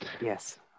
Yes